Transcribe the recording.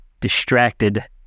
distracted